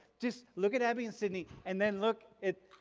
just look at abby and sydney and then look at,